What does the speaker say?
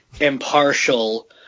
impartial